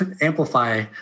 amplify